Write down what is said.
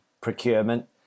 procurement